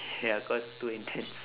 ya cause too intense